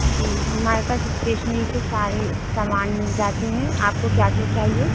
جی ہمارے پاس اسٹیشنری کے سارے سامان مل جاتے ہیں آپ کو کیا کیا چاہیے